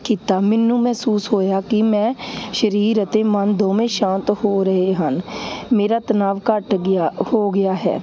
ਕੀਤਾ ਮੈਨੂੰ ਮਹਿਸੂਸ ਹੋਇਆ ਕਿ ਮੈਂ ਸਰੀਰ ਅਤੇ ਮਨ ਦੋਵੇਂ ਸ਼ਾਂਤ ਹੋ ਰਹੇ ਹਨ ਮੇਰਾ ਤਣਾਅ ਘੱਟ ਗਿਆ ਹੋ ਗਿਆ ਹੈ